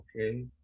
Okay